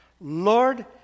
Lord